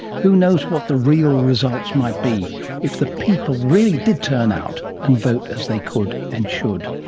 who knows what the real results might be if the people really did turn out and vote as they could and should